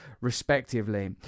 respectively